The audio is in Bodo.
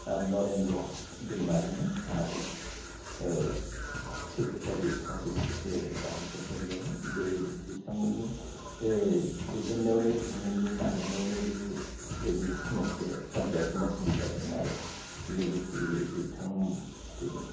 नरेन्द्र दैमारिमोन आरो सेक्रेटारि हिसाबै बानेस्वर स्वरगियारिमोन बेबायदि बिथांमोननि दैदेननायावनो बिथांमोननि नाजानायावनो बेबायदि मोनसे सान्थि आश्रमआ खुलिजादों आरो लोगोसेयै बिथां बे